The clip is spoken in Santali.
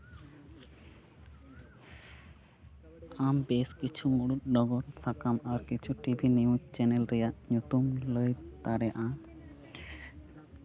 ᱟᱢ ᱵᱮᱥ ᱠᱤᱪᱷᱩ ᱢᱩᱬᱩᱫ ᱰᱚᱜᱚᱨ ᱥᱟᱠᱟᱢ ᱟᱨ ᱠᱤᱪᱷᱩ ᱴᱤᱵᱷᱤ ᱱᱤᱭᱩᱡᱽ ᱪᱮᱱᱮᱞ ᱨᱮᱭᱟᱜ ᱧᱩᱛᱩᱢ ᱞᱟᱹᱭ ᱫᱟᱲᱮᱭᱟᱜᱼᱟ